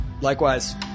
Likewise